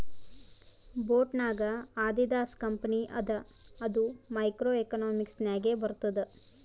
boat ನಾಗ್ Adidas company ಅದ ಅದು ಮೈಕ್ರೋ ಎಕನಾಮಿಕ್ಸ್ ನಾಗೆ ಬರ್ತುದ್